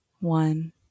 one